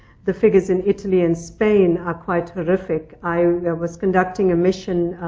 the figures in italy and spain are quite horrific. i was conducting a mission